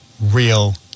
real